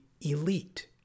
elite